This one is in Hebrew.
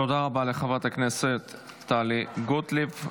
תודה רבה לחברת הכנסת טלי גוטליב.